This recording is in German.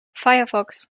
firefox